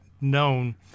known